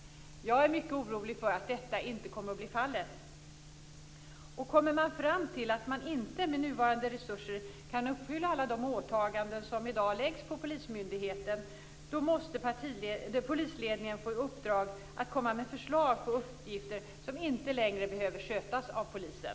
Jag är mycket orolig för att detta inte kommer att bli fallet. Om man kommer fram till att man inte med nuvarande resurser kan uppfylla alla de åtaganden som i dag läggs på polismyndigheten måste polisledningen få i uppdrag att komma med förslag på uppgifter som inte längre behöver skötas av polisen.